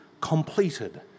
completed